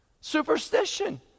Superstition